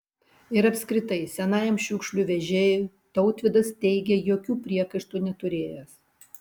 ir apskritai senajam šiukšlių vežėjui tautvydas teigė jokių priekaištų neturėjęs